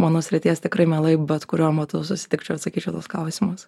mano srities tikrai mielai bet kuriuo metu susitikčiau atsakyčiau tuos klausimas